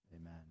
amen